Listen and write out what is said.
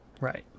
Right